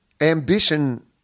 ambition